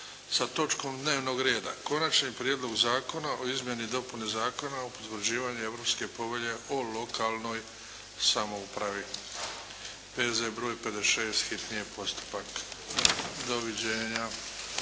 sa točkom dnevnog reda: Konačni prijedlog zakona o izmjeni i dopuni Zakona o potvrđivanju Europske povelje o lokalnoj samoupravi, P.Z. broj 56, hitni je postupak. Doviđenja!